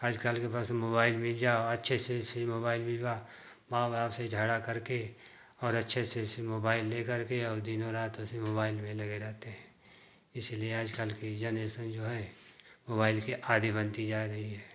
आजकल के बस मोबाइल मिल जाए और अच्छे से उसी मोबाइल मिला माँ बाप से झगड़ा करके और अच्छे से इसे मोबाइल लेकर के और दिन और रात उसी मोबाइल में लगे रहते हैं इसीलिए आजकल के जनरेशन जो है मोबाइल के आदी बनती जा रही है